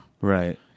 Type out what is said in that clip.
Right